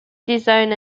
design